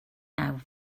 now